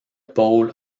pôle